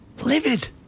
Livid